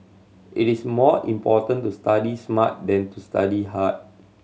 it is more important to study smart than to study hard